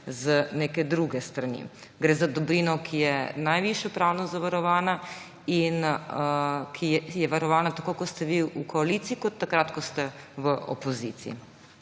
z neke druge strani. Gre za dobrino, ki je najvišje pravno zavarovana in ki je varovana, tako ko ste vi v koaliciji kot takrat, ko ste v opoziciji.